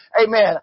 amen